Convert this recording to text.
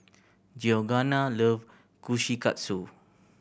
Georganna love Kushikatsu